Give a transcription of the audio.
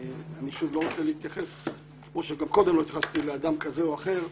שוב, אני לא רוצה להתייחס לאדם כזה או אחר,